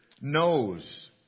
knows